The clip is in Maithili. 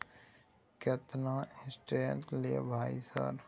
केतना इंटेरेस्ट ले भाई सर?